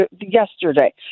yesterday